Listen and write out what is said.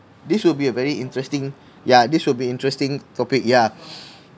this will be a very interesting yeah this will be interesting topic yeah